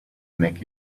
make